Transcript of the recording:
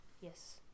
Yes